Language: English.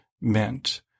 meant